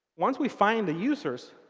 once we find the users,